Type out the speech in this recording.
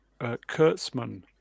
Kurtzman